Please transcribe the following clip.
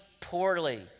poorly